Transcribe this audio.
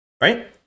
right